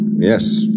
Yes